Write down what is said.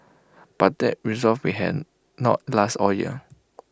but that resolve may hand not last all year